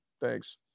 thanks